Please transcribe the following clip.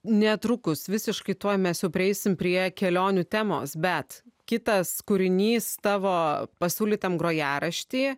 netrukus visiškai tuoj mes jau prieisim prie kelionių temos bet kitas kūrinys tavo pasiūlytam grojarašty